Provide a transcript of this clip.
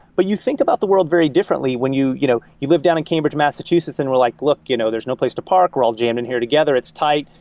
but you think about the world very differently when you you know you lived down in cambridge, massachusetts and you're like, look, you know there's no place to park. we're all jammed in here together. it's tight.